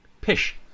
Pish